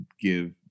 give